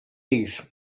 days